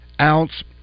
ounce